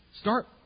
Start